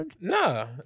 no